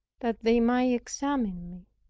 that they might examine me.